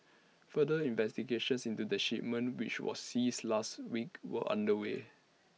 further investigations into the shipment which was seized last week were underway